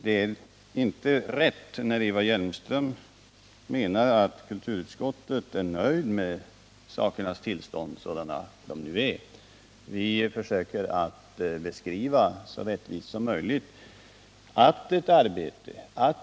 Det är inte rätt av Eva Hjelmström att säga att vi i utskottet är nöjda med sakernas tillstånd. Vi försöker att så rättvist som möjligt redovisa att ett arbete —f.